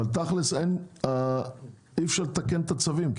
תכל'ס, אי-אפשר לתקן את הצווים.